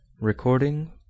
Recording